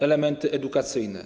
Elementy edukacyjne.